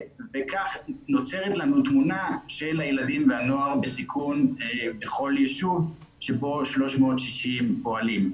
כך נוצרת לנו תמונה של הילדים והנוער בסיכון בכל ישוב שבו 360 פועלים.